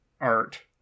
art